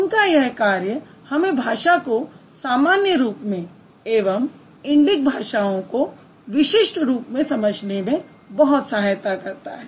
उनका यह कार्य हमें भाषा को सामान्य रूप में एवं इंडिक भाषाओं को विशिष्ट रूप में समझने में बहुत सहायता करता है